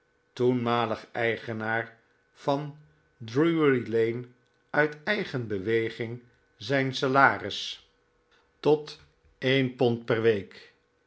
toenmalig eigenaarvandrurylane uit eigen beweging zijn salaris tot een john gaat op zee pond per week